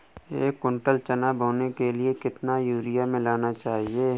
एक कुंटल चना बोने के लिए कितना यूरिया मिलाना चाहिये?